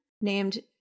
named